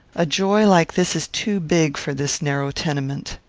a joy like this is too big for this narrow tenement.